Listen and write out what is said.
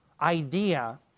idea